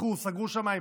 פתחו וסגרו שמיים.